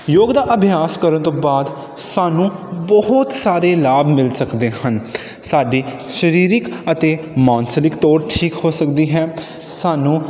ਯੋਗ ਦਾ ਅਭਿਆਸ ਕਰਨ ਤੋਂ ਬਾਅਦ ਸਾਨੂੰ ਬਹੁਤ ਸਾਰੇ ਲਾਭ ਮਿਲ ਸਕਦੇ ਹਨ ਸਾਡੀ ਸਰੀਰਿਕ ਅਤੇ ਮਾਨਸਰਿਕ ਤੌਰ ਠੀਕ ਹੋ ਸਕਦੀ ਹੈ ਸਾਨੂੰ